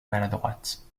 maladroite